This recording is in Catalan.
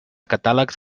catàlegs